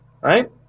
right